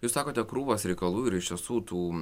jūs sakote krūvos reikalų ir iš tiesų tų